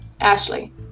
Ashley